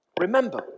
remember